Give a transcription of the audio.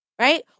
right